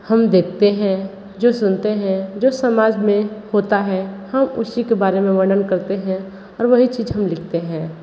हम देखते हैं जो सुनते हैं जो समाज में होता है हम उसी के बारे में वर्णन करते हैं और वही चीज हम लिखते हैं